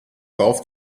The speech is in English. golf